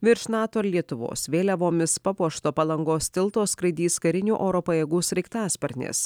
virš nato ir lietuvos vėliavomis papuošto palangos tilto skraidys karinių oro pajėgų sraigtasparnis